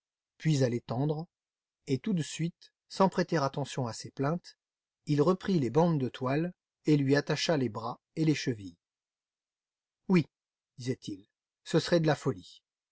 puis à l'étendre et tout de suite sans prêter attention à ses plaintes il reprit les bandes de toile et lui attacha les bras et les chevilles oui disait-il ce serait de la folie